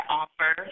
offer